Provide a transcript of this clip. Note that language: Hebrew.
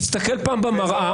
תסתכל פעם במראה.